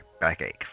backache